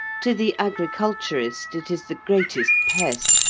to the agriculturist it is the greatest pest,